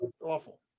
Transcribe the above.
awful